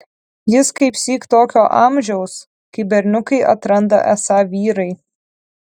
jis kaipsyk tokio amžiaus kai berniukai atranda esą vyrai